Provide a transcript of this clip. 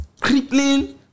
Crippling